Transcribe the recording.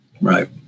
Right